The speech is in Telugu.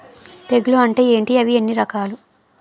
తెగులు అంటే ఏంటి అవి ఎన్ని రకాలు?